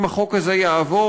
אם החוק הזה יעבור,